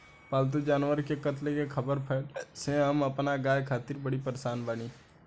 पाल्तु जानवर के कत्ल के ख़बर फैले से हम अपना गाय खातिर बड़ी परेशान बानी